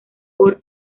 por